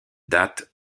date